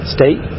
State